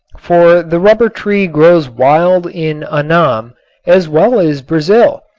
for the rubber tree grows wild in annam as well as brazil,